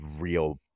real